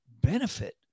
benefit